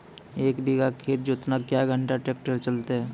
एक बीघा खेत जोतना क्या घंटा ट्रैक्टर चलते?